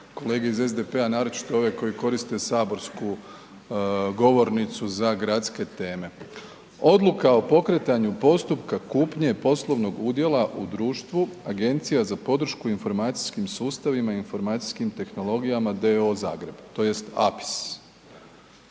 kolege iz SDP-a naročito ove koji koriste saborsku govornicu za gradske teme. Odluka o pokretanju postupka kupnje poslovnog udjela u društvu Agencija za podršku informacijskim sustavima i informacijskim tehnologijama d.o.o. Zagreb, tj. APIS.